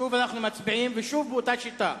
שוב אנחנו מצביעים, ושוב באותה שיטה.